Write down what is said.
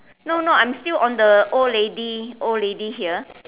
no no I'm still on the old lady old lady here